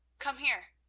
come here.